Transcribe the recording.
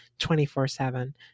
24-7